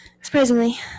Surprisingly